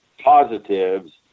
positives